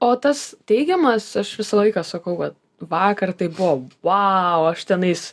o tas teigiamas aš visą laiką sakau va vakar tai buvo vau aš tenais